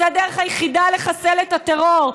זו הדרך היחידה לחסל את הטרור,